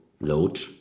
load